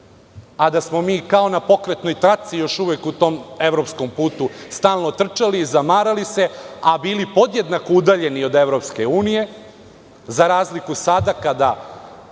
a da smo mi kao na pokretnoj traci još uvek u tom evropskom putu stalno trčali, zamarali se, a bili podjednako udaljeni od EU, za razliku sada kada